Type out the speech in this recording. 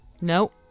No